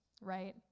right